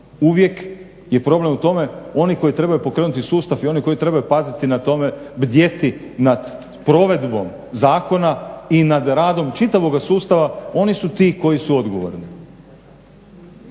uvijek je problem u tome oni koji trebaju pokrenuti sustav i oni koji trebaju paziti na tome, bdjeti nad provedbom zakona i nad radom čitavoga sustava oni su ti koji su odgovorni.